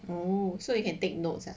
oh so you can take notes lah